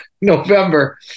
November